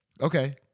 Okay